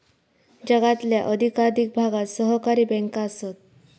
जगातल्या अधिकाधिक भागात सहकारी बँका आसत